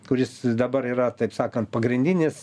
kuris dabar yra taip sakant pagrindinis